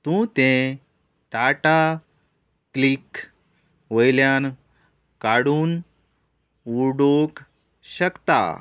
तूं तें टाटा क्लिक वयल्यान काडून उडोवंक शकता